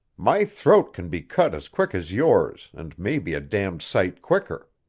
my throat can be cut as quick as yours, and maybe a damned sight quicker.